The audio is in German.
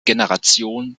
generation